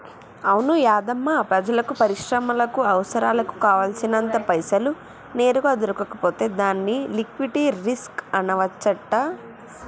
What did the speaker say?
అవును యాధమ్మా ప్రజలకు పరిశ్రమలకు అవసరాలకు కావాల్సినంత పైసలు నేరుగా దొరకకపోతే దాన్ని లిక్విటీ రిస్క్ అనవచ్చంట